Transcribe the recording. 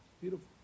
Beautiful